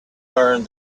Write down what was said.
learned